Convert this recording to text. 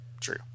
true